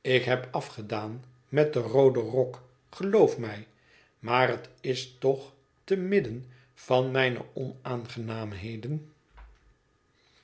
ik heb afgedaan met den rooden rok geloof mij maar het is toch te midden van mijne onaangenaamheden